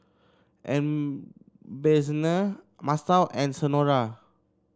Ebenezer Masao and Senora